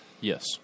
Yes